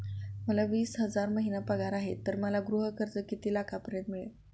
मला वीस हजार महिना पगार आहे तर मला गृह कर्ज किती लाखांपर्यंत मिळेल?